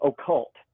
occult